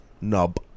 nub